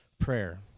prayer